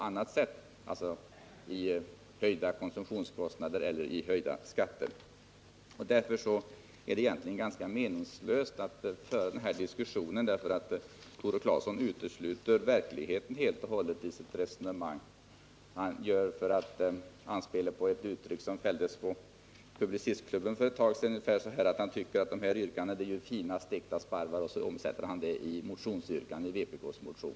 Det blir alltså en höjning av konsumtionskostnaderna eller en höjning av skatterna. Eftersom Tore Claeson helt och hållet utesluter verkligheten, är det ganska meningslöst att föra den här diskussionen. Med tanke på ett uttalande på Publicistklubben för ett tag sedan skulle man kunna säga att han tycker att de här yrkandena är fina stekta sparvar, varefter han omsätter det i yrkanden i vpk:s motion.